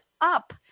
up